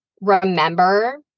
remember